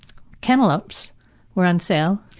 cantaloupes were on sale